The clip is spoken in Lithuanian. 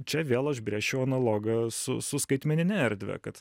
čia vėl aš brėžčiau analogą su su skaitmenine erdve kad